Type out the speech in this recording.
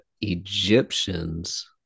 egyptians